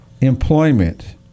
employment